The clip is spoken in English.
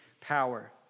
power